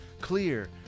clear